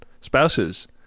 spouses